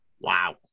Wow